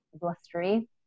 blustery